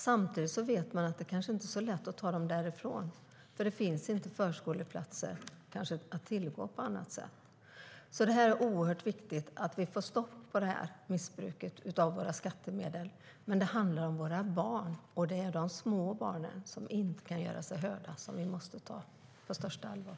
Samtidigt är det inte så lätt att ta barnen därifrån, för det finns kanske inga andra förskoleplatser. Det är viktigt att vi får stopp på detta missbruk av våra skattemedel. Det handlar om små barn som inte kan göra sig hörda, så vi måste ta det på största allvar.